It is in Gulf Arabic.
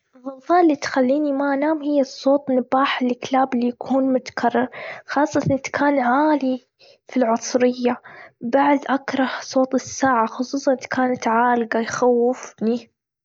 ظوظاء اللي ما تخليني أنام هي صوت نباح الكلاب اللي يكون متكرر خاصةً إذ كان عالي في العصرية، بعد أكره صوت الساعة خصوصًا إذا كانت عالجة تخوفني.